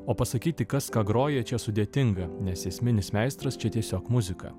o pasakyti kas ką groja čia sudėtinga nes esminis meistras čia tiesiog muzika